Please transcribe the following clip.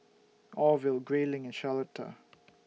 Orville Grayling and Charlotta